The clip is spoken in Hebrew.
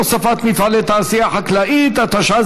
הוספת מפעלי תעשייה חקלאית),